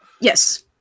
Yes